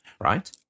Right